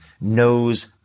knows